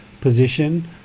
position